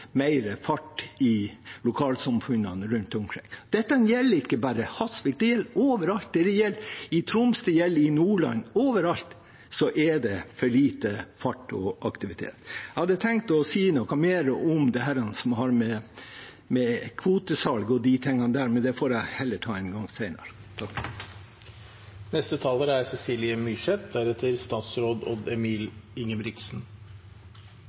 mer fart i lokalsamfunnene rundt omkring. Dette gjelder ikke bare Hasvik, det gjelder overalt. Det gjelder i Troms, det gjelder i Nordland – overalt er det for lite fart og aktivitet. Jeg hadde tenkt å si noe mer om det som har med kvotesalg å gjøre, men det får jeg heller ta en gang